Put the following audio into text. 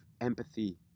empathy